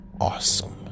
awesome